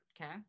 Okay